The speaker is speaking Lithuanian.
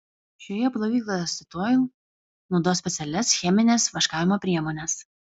šioje plovykloje statoil naudos specialias chemines vaškavimo priemones